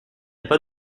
pas